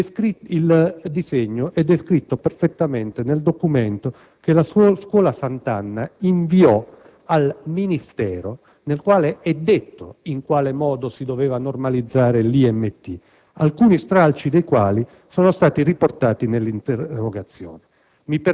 Il disegno è descritto perfettamente nel documento che la Scuola Sant'Anna inviò al Ministero, in cui è detto in quale modo si sarebbe dovuta "normalizzare" l'IMT, alcuni stralci del quale sono stati riportati nell'interrogazione.